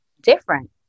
different